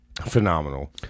phenomenal